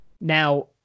Now